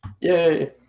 Yay